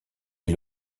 est